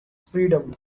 freedom